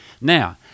Now